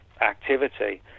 activity